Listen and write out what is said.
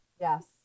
Yes